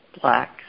Black